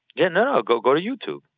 yeah. no, go go to youtube